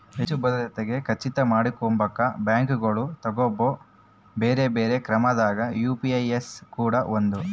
ಹೆಚ್ಚು ಭದ್ರತೆಗೆ ಖಚಿತ ಮಾಡಕೊಂಬಕ ಬ್ಯಾಂಕುಗಳು ತಗಂಬೊ ಬ್ಯೆರೆ ಬ್ಯೆರೆ ಕ್ರಮದಾಗ ಯು.ಪಿ.ಐ ಸೇವೆ ಕೂಡ ಒಂದು